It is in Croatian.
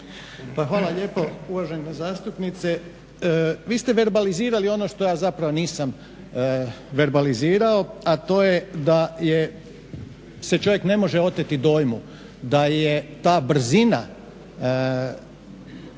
Pa hvala lijepo. Uvažena zastupnice, vi ste verbalizirali ono što ja zapravo nisam verbalizirao, a to je da je, se čovjek ne može oteti dojmu da je ta brzina